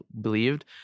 believed